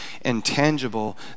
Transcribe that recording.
intangible